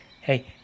Hey